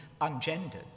ungendered